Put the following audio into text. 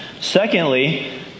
Secondly